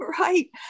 Right